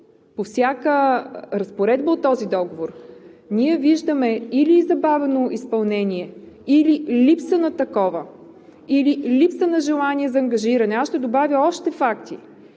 по всяка разпоредба от този договор, ние виждаме или забавено изпълнение, или липса на такова, или липса на желание за ангажиране… Ще добавя още факти: